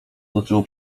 otoczyło